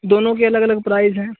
دونوں کے الگ الگ پرائس ہیں